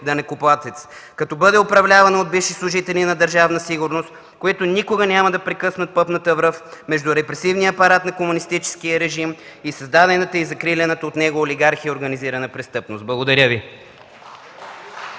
данъкоплатец, като бъде управлявано от бивши служители на Държавна сигурност, които никога няма да прекъснат пъпната връв между репресивния апарат на комунистическия режим и създадената и закриляната от него олигархия и организирана престъпност. Благодаря Ви.